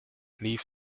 leave